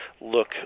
look